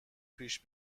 پیش